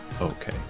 okay